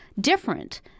different